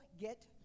get